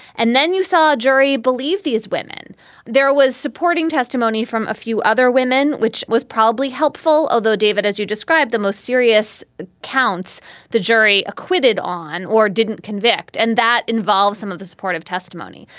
and then you saw a jury believe these women there was supporting testimony from a few other women, which was probably helpful. although, david, as you described, the most serious counts the jury acquitted on or didn't convict. and that involves some of the support of testimony.